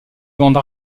bande